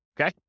Okay